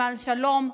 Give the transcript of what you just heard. למען שלום,